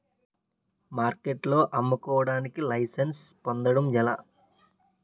మార్కెట్లో అమ్ముకోడానికి లైసెన్స్ పొందడం ఎలా?